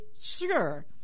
sure